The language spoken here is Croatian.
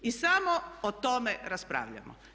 I samo o tome raspravljamo.